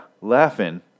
Laughing